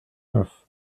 neuf